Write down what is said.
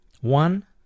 One